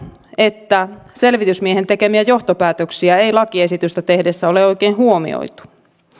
että selvitysmiehen tekemiä johtopäätöksiä ei lakiesitystä tehtäessä ole oikein huomioitu